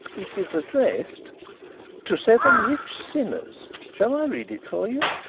it is addressed to seven rich sinners shall i read it for you?